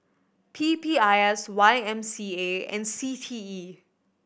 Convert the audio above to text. P P I S Y M C A and C T E